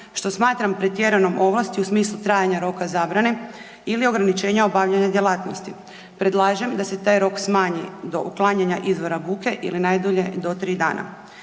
što smatram pretjeranom ovlasti u smislu trajanja roka zabrane ili ograničenja obavljanja djelatnosti. Predlažem da se taj rok smanji do uklanjanja izvora buke ili najdulje do 3 dana.